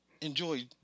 enjoy